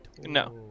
No